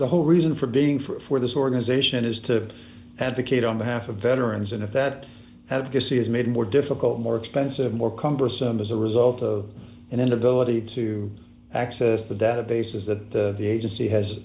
the whole reason for being for this organization is to advocate on behalf of veterans and if that have to see is made more difficult more expensive more cumbersome as a result of an inability to access the databases that the agency has